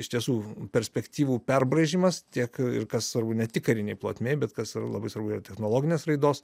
iš tiesų perspektyvų perbraižymas tiek ir kas svarbu ne tik karinėj plotmėj bet kas labai svarbu ir technologinės raidos